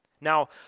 Now